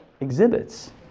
exhibits